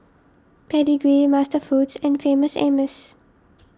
Pedigree MasterFoods and Famous Amos